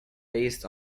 based